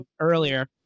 Earlier